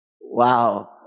Wow